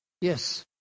Yes